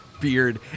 beard